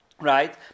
Right